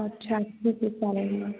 अच्छा ठीक आहे चालेल मग